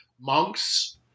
monks